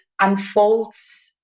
unfolds